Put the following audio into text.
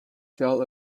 felt